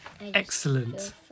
Excellent